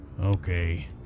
Okay